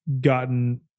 gotten